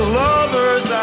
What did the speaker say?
lovers